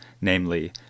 namely